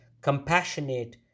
Compassionate